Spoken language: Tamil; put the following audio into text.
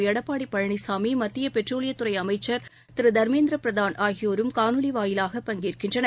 எடப்பாடிபழனிசாமி மத்தியபெட்ரோலியத் துறைஅமைச்சர் திருதர்மேந்திரபிரதான் ஆகியோரும் காணொலிவாயிலாக பங்கேற்கின்றனர்